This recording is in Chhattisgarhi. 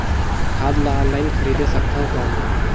खाद ला ऑनलाइन खरीदे सकथव कौन?